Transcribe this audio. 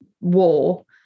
war